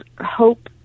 hope